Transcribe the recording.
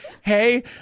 hey